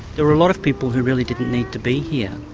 there were a lot of people who really didn't need to be here,